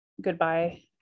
goodbye